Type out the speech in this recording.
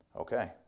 Okay